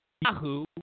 Yahoo